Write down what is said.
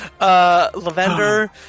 Lavender